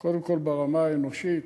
קודם כול, ברמה האנושית,